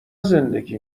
زندگی